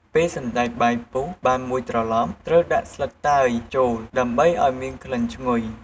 ពេលសណ្ដែកបាយពុះបានមួយត្រឡប់ ត្រូវដាក់ស្លឹកតើយចូល ដើម្បីឱ្យមានក្លិនឈ្ងុយ។